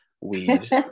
weed